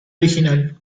original